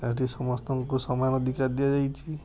ଏଇଠି ସମସ୍ତଙ୍କୁ ସମାନ ଅଧିକାର ଦିଆଯାଇଛି